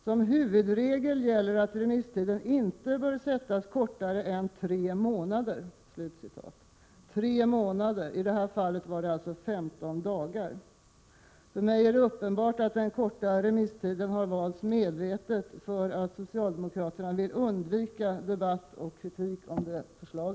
Som huvudregel gäller att remisstiden inte bör vara kortare än tre månader. Tre månader — i det här fallet var det alltså fråga om femton dagar. För mig är det uppenbart att den korta remisstiden har valts medvetet, därför att socialdemokraterna vill undvika kritik och debatt om detta förslag.